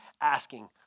asking